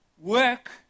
work